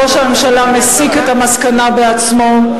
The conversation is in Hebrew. ראש הממשלה מסיק את המסקנה בעצמו,